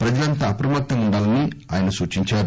ప్రజలంతా అప్రమత్తంగా ఉండాలని సూచించారు